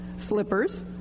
slippers